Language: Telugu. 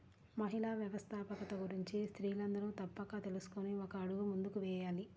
మహిళా వ్యవస్థాపకత గురించి స్త్రీలందరూ తప్పక తెలుసుకొని ఒక అడుగు ముందుకు వేయాలి